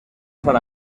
san